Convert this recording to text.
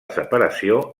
separació